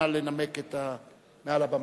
נא לנמק מעל לבמה.